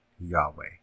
Yahweh